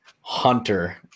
Hunter